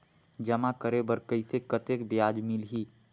जमा करे बर कइसे कतेक ब्याज मिलही?